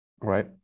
right